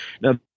now